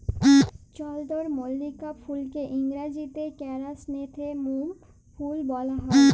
চলদরমল্লিকা ফুলকে ইংরাজিতে কেরাসনেথেমুম ফুল ব্যলা হ্যয়